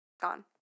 Gone